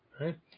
Right